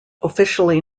officially